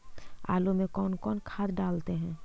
आलू में कौन कौन खाद डालते हैं?